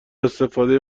استفاده